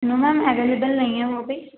نو ma'am available نہیں ہے وہ ابھی